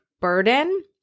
burden